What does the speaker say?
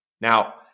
Now